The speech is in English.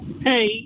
hey